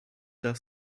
darf